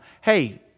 Hey